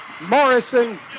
Morrison